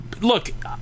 look